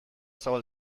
zabal